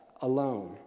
alone